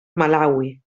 malawi